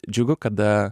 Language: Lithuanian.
džiugu kada